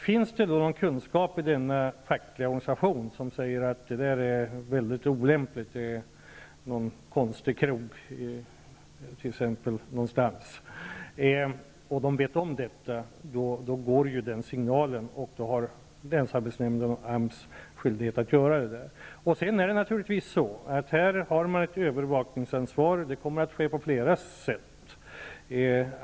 Finns det då i denna fackliga organisation någon kunskap om att en viss plats är mycket olämplig -- t.ex. att det är en konstig krog någonstans -- får länsarbetsnämnden och AMS signalen och har skyldighet att åtgärda det. Sedan finns det naturligtvis ett övervakningsansvar. Övervakningen kommer att ske på flera sätt.